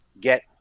get